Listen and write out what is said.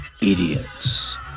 idiots